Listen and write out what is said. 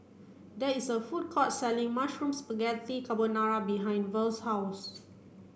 there is a food court selling Mushroom Spaghetti Carbonara behind Verl's house